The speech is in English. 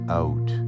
out